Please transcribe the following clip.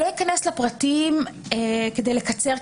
לא אכנס לפרטים כדי לקצר,